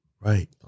Right